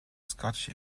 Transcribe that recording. scottish